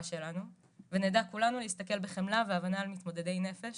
שלנו ונדע כולנו להסתכל בחמלה והבנה על מתמודדי נפש